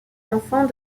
enfant